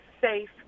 safe